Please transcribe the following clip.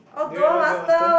do you remember Duel-Master